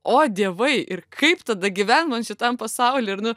o dievai ir kaip tada gyven man šitam pasauly ir nu